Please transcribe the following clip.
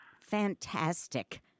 Fantastic